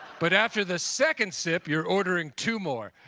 but after the second sip you're ordering two more.